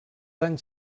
anys